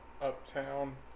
uptown